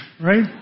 right